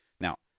Now